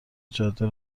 جاده